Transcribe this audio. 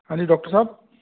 ਹਾਂਜੀ ਡੋਕਟਰ ਸਾਹਿਬ